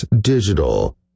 Digital